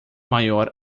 maior